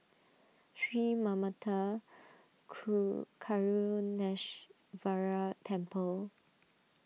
Sri Manmatha Karuneshvarar Temple